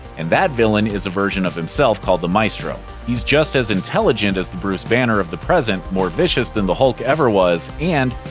and that villain is a version of himself called the maestro. he's just as intelligent as the bruce banner of the present, more vicious than the hulk ever was, and,